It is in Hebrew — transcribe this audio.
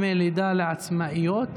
דמי לידה לעצמאיות,